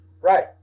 Right